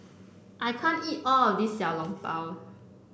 I can't eat all of this Xiao Long Bao